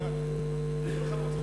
אדוני היושב-ראש,